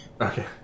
Okay